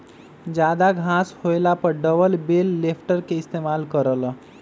जादा घास होएला पर डबल बेल लिफ्टर के इस्तेमाल कर ल